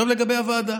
עכשיו לגבי הוועדה.